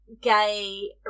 gay